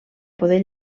poder